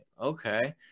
Okay